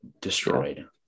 Destroyed